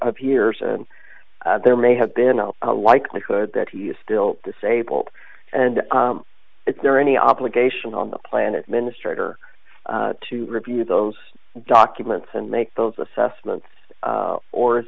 of years and there may have been a likelihood that he is still disabled and is there any obligation on the planet minister to review those documents and make those assessments or is